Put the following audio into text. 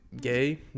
Gay